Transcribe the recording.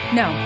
no